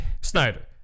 Snyder